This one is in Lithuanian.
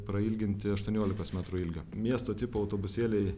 prailginti aštuoniolikos metrų ilgio miesto tipo autobusėliai